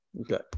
Okay